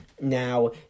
Now